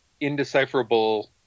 indecipherable